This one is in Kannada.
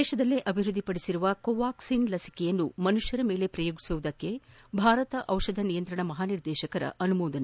ದೇತದಲ್ಲೇ ಅಭಿವೃದ್ದಿಪಡಿಸಿರುವ ಕೊವಾಕ್ಸಿನ್ ಲಸಿಕೆಯನ್ನು ಮನುಷ್ಲರ ಮೇಲೆ ಪ್ರಯೋಗಿಸುವುದಕ್ಕೆ ಭಾರತ ದಿಷಧ ನಿಯಂತ್ರಣ ಮಹಾನಿರ್ದೇಶಕರ ಅನುಮೋದನೆ